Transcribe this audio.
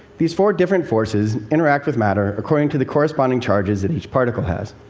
these four different forces interact with matter according to the corresponding charges that each particle has.